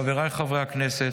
חבריי חברי הכנסת,